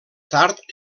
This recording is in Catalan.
tard